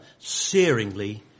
searingly